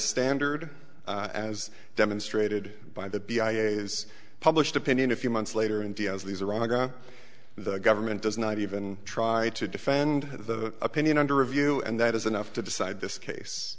standard as demonstrated by the b i a is published opinion a few months later india as these are aga the government does not even try to defend the opinion under review and that is enough to decide this case